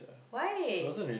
why